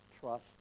trust